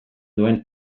duen